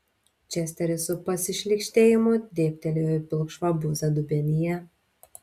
česteris su pasišlykštėjimu dėbtelėjo į pilkšvą buzą dubenyje